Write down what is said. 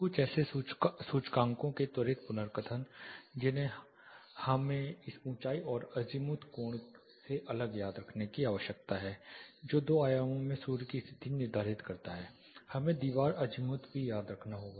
कुछ ऐसे सूचकांकों के त्वरित पुनर्कथन जिन्हें हमें इस ऊंचाई और अज़ीमुथ कोण से अलग याद रखने की आवश्यकता है जो दो आयामों में सूर्य की स्थिति निर्धारित करता है हमें दीवार अज़ीमुथ भी याद रखना होगा